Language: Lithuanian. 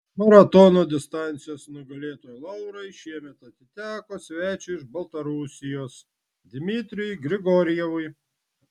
maratono distancijos nugalėtojo laurai šiemet atiteko svečiui iš baltarusijos dmitrijui grigorjevui